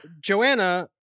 Joanna